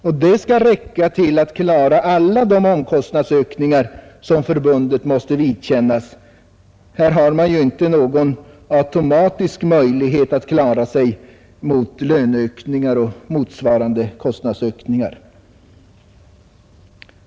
Och detta skall räcka till att klara alla de kostnadsökningar förbundet måste vidkännas. här har man ju inte någon automatisk möjlighet att klara löneökningar och motsvarande kostnadsökningar.